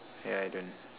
yeah I don't